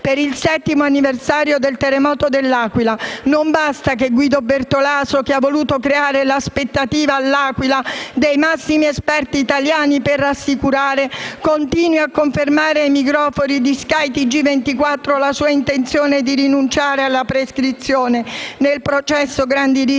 Per il 7° anniversario del terremoto dell'Aquila non basta che Guido Bertolaso, che ha voluto creare l'aspettativa all'Aquila dei massimi esperti italiani per rassicurare, continui a confermare ai microfoni di SkyTG24 la sua intenzione di rinunciare alla prescrizione nel processo Grandi